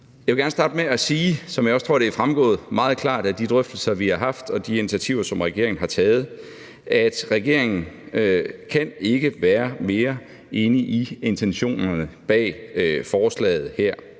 Jeg vil gerne starte med at sige, hvilket jeg også tror er fremgået meget klart af de drøftelser, vi har haft, og af de initiativer, som regeringen har taget, at regeringen ikke kan være mere enig i intentionerne bag forslaget her.